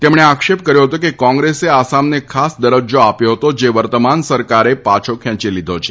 તેમણે આક્ષેપ કર્યો હતો કે કોંગ્રેસે આસામને ખાસ દરજજા આપ્યો હતો જે વર્તમાન સરકારે પાછો ખેંચી લીધો છે